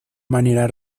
manera